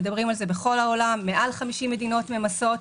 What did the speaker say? מדברים על זה בכל העולם, יותר מ-50 מדינות ממסות.